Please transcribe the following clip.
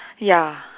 ya